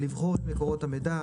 לבחור את מקורות המידע,